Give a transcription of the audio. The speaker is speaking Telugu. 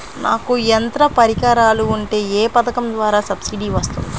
నాకు యంత్ర పరికరాలు ఉంటే ఏ పథకం ద్వారా సబ్సిడీ వస్తుంది?